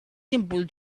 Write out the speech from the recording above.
simple